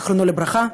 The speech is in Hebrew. זיכרונו לברכה,